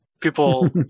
People